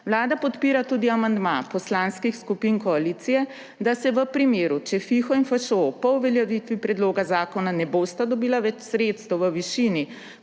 Vlada podpira tudi amandma poslanskih skupin koalicije, da se v primeru, če FIHO in FŠO po uveljavitvi predloga zakona ne bosta dobila več sredstev v višini,